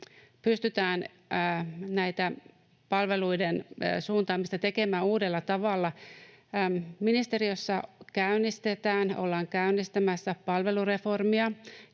pystytään tätä palveluiden suuntaamista tekemään uudella tavalla. Ministeriössä ollaan käynnistämässä palvelureformia,